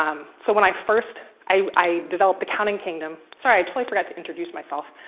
um so when i first i developed the counting kingdom sorry, i totally forgot to introduce myself.